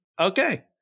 Okay